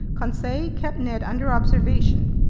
conseil kept ned under observation.